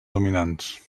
dominants